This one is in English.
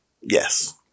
Yes